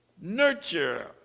nurture